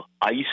ice